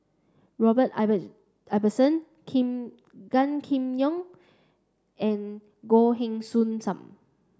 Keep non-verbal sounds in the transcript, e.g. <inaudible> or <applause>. Robert <unintelligible> Ibbetson Kim Gan Kim Yong and Goh Heng Soon Sam